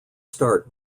start